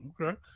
Okay